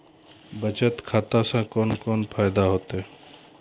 बचत खाता सऽ कून कून फायदा हेतु?